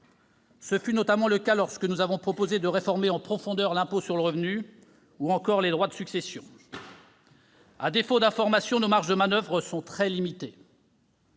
Ce fut notamment le cas lorsque nous avons proposé de réformer en profondeur l'impôt sur le revenu ou encore les droits de succession. À défaut d'informations, nos marges de manoeuvre sont très limitées.